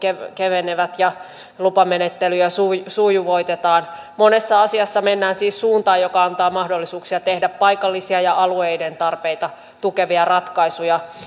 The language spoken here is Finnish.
kevenevät ja lupamenettelyjä sujuvoitetaan monessa asiassa mennään siis suuntaan joka antaa mahdollisuuksia tehdä paikallisia ja alueiden tarpeita tukevia ratkaisuja